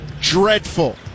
dreadful